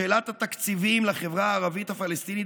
שאלת התקציבים לחברה הערבית הפלסטינית